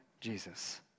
Jesus